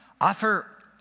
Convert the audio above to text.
offer